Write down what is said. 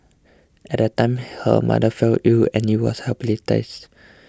at the time her mother fell you and you was hospitalised